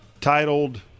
titled